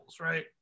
right